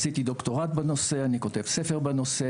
עשיתי דוקטורט בנושא, אני כותב ספר בנושא.